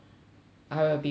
I will be very happy